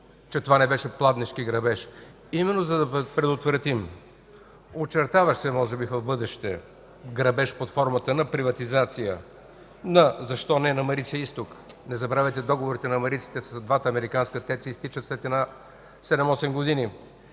че това не беше пладнешки грабеж. Именно, за да предотвратим очертаващ се, може би, в бъдеще грабеж под формата на приватизация – защо не на „Марица изток”, не забравяйте договорите на Мариците с двата американски ТЕЦ-а изтича след 7 8 години.